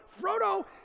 Frodo